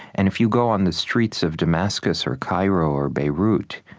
and if you go on the streets of damascus or cairo or beirut,